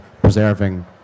preserving